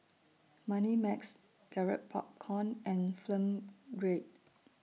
Moneymax Garrett Popcorn and Film Grade